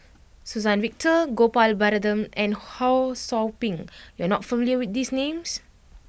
Suzann Victor Gopal Baratham and Ho Sou Ping you are not familiar with these names